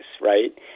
right